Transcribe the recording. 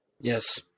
Yes